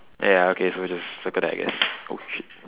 oh ya okay so just look circle that I guess oh shit